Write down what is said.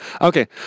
Okay